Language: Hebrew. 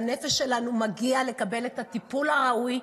לנפש שלנו מגיע לקבל את הטיפול הראוי.